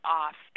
off